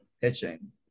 pitching